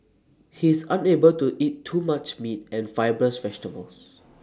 he is unable to eat too much meat and fibrous vegetables